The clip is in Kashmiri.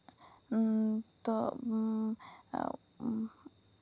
تہٕ اۭں